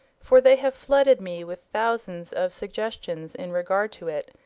for they have flooded me with thousands of suggestions in regard to it,